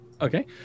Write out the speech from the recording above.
Okay